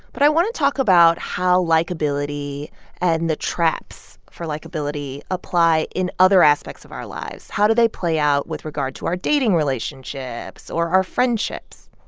but i want to talk about how likeability and the traps for likeability apply in other aspects of our lives. how do they play out with regard to our dating relationships or our friendships?